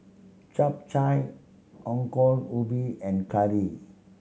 Chap Chai Ongol Ubi and curry